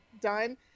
done